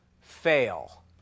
fail